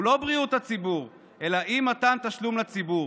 לא בריאות הציבור אלא אי-מתן תשלום לציבור.